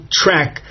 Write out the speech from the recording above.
track